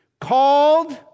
Called